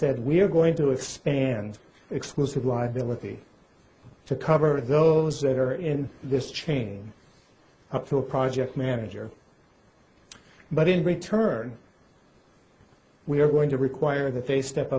said we're going to expand exclusive liability to cover those that are in this chain through a project manager but in return we are going to require that they step